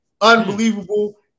Unbelievable